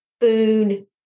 food